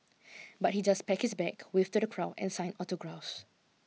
but he just pack his bag waved to the crowd and signed autographs